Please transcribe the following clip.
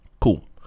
cool